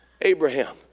abraham